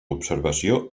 observació